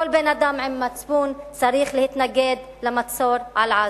כל בן-אדם עם מצפון צריך להתנגד למצור על עזה.